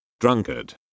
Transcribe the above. Drunkard